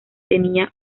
tenía